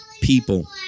people